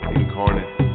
incarnate